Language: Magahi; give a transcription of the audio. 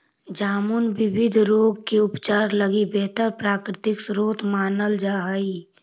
जामुन विविध रोग के उपचार लगी बेहतर प्राकृतिक स्रोत मानल जा हइ